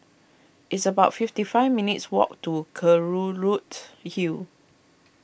it's about fifty five minutes' walk to Kelulut Hill